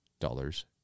dollars